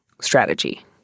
strategy